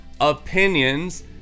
opinions